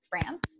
France